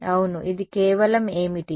అవును ఇది కేవలం ఏమిటి